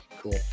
cool